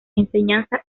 enseñanza